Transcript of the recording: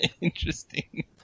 Interesting